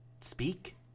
speak